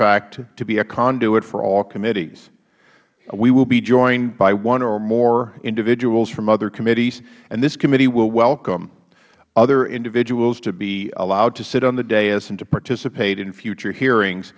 be a conduit for all committees we will be joined by one or more individuals from other committees and this committee will welcome other individuals to be allowed to sit on the dais and to participate in future hearings